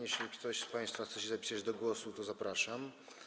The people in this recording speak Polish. Jeśli ktoś z państwa chce się zapisać do głosu, to zapraszam.